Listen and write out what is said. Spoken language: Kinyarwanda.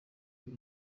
urwo